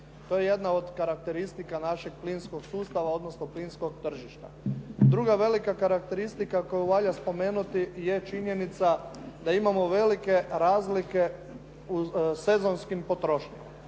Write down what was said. To je jedna od karakteristika našeg plinskog sustava, odnosno plinskog tržišta. Druga velika karakteristika koju valja spomenuti je činjenica da imamo velike razlike u sezonskim potrošnjama.